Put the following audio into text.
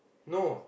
no